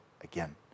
again